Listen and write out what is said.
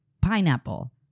pineapple